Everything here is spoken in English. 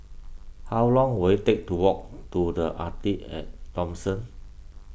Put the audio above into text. how long will it take to walk to the Arte at Thomson